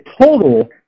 total